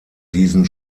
diesen